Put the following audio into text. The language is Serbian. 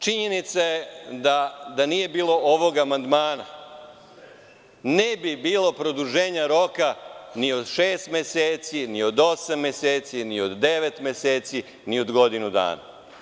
Činjenica je da nije bilo ovog amandmana, ne bi bilo produženja roka ni od šest meseci, ni od osam meseci, ni od devet meseci, ni od godinu dana.